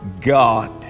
God